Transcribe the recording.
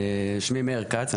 שמי מאיר כץ,